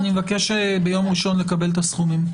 אבקש ביום ראשון לקבל את הסכומים,